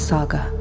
Saga